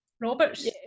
Roberts